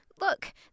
look